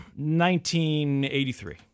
1983